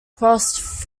crossed